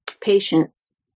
patience